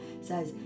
says